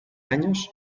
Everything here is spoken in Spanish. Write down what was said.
años